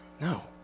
no